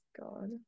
god